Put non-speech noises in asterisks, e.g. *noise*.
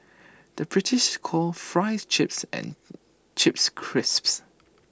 the British calls Fries Chips and *hesitation* Chips Crisps